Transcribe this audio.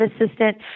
assistant